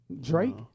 Drake